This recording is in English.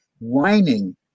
whining